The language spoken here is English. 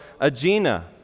Aegina